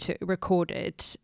recorded